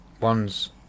ones